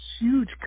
huge